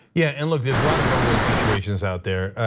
yeah and look, there's a lot of no win situations out there,